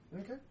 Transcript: Okay